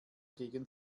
gegen